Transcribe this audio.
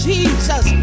Jesus